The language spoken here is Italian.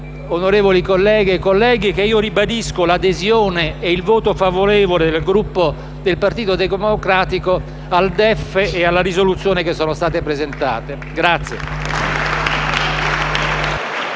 onorevoli colleghe e colleghi, che ribadisco l'adesione e il voto favorevole del Gruppo del Partito Democratico al DEF e alle proposte di risoluzione che sono state presentate dai